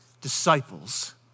disciples